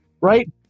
right